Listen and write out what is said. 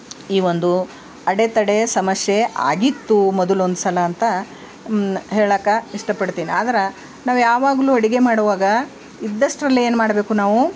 ಈ ಒಂದು ಅಡೆತಡೆ ಸಮಸ್ಯೆ ಆಗಿತ್ತು ಮೊದಲೊಂದ್ಸಲ ಅಂತ ಹೇಳಾಕ ಇಷ್ಟಪಡ್ತೀನಿ ಆದ್ರೆ ನಾವು ಯಾವಾಗಲು ಅಡಿಗೆ ಮಾಡುವಾಗ ಇದ್ದಷ್ಟರಲ್ಲೇ ಏನು ಮಾಡಬೇಕು ನಾವು